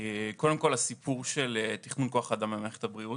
קודם כל הסיפור של תכנון כוח אדם במערכת הבריאות.